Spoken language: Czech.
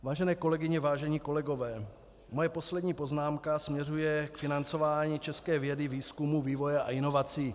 Vážené kolegyně, vážení kolegové, moje poslední poznámka směřuje k financování české vědy, výzkumu, vývoje a inovací.